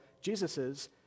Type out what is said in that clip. Jesus's